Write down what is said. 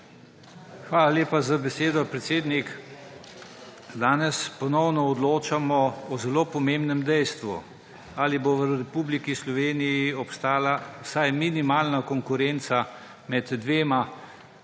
Hvala lepa za besedo, predsednik. Danes ponovno odločamo o zelo pomembnem dejstvu: ali bo v Republiki Sloveniji obstajala vsaj minimalna konkurenca med dvema